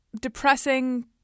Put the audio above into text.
depressing